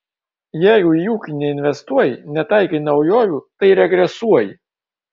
jeigu į ūkį neinvestuoji netaikai naujovių tai regresuoji